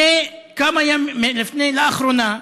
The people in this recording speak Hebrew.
לאחרונה,